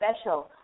special